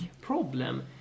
problem